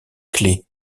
clé